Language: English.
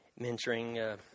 mentoring